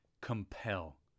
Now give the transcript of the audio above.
Compel